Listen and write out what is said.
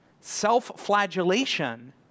Self-flagellation